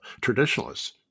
traditionalists